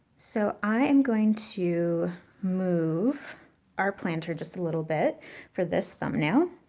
so i and going to move our planter just a little bit for this thumbnail.